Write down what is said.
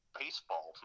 baseball